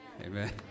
Amen